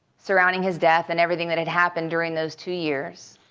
surrounding his death and everything that had happened during those two years.